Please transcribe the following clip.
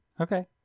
Okay